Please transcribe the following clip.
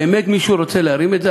באמת מישהו רוצה להרים את זה?